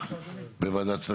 שמצד אחד יינתן ייצוג הולם לציבור